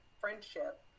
friendship